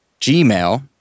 Gmail